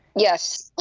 yes.